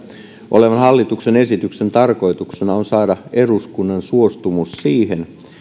olevan hallituksen esityksen tarkoituksena on saada eduskunnan suostumus siihen